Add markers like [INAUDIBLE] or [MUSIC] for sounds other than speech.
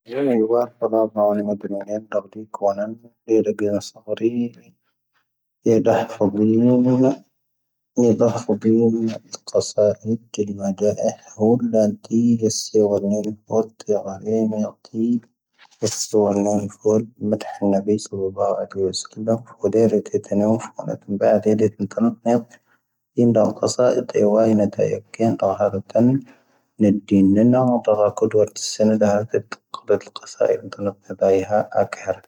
ⴽⵓⵙⴰⵉⵔ ⵏⵜ ⵏⵓⴽ ⵏⴻⴷⴰⵉⵀⴰ ⴰⴽⵀⴻⵔ. [NOISE] ⵎⴰⴷⴰⵀ ⵉⵀⵓ ⵎⴰⴷ ⵀⴰⵏ ⵏⴰⴱⵉ ⵙⴰⵍⵍⴰⵀⵓ ⴰⵍⴰⵉⵀⵉ ⵡⴰⵙⵙⴰⵍⵍⴰⵎ, ⵍⴰⵏⴰ ⵇⴰⵙⴰ ⵉⴷⵓ ⵜⴰⵀ ⴼⴰⴷⵉⴻⵏ ⵍⴰⵏⴰ ⵇⵓⴷⵡⴰⵜⵓⵏ ⵀⴰⵙⴰⵏⴰ